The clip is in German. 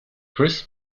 chris